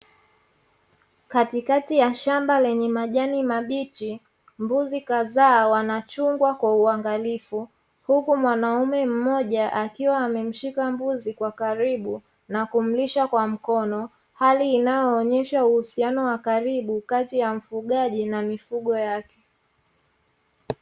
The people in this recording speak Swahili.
Katikati ya shamba lenye majani mabichi mbuzi kadhaa wanachungwa kwa uangalifu, huku mwanaume mmoja akiwa amemshika mbuzi kwa karibu na kumlisha kwa mkono; hali inayoonesha uhusiano wa karibu kati ya mfugaji na mifugo yake.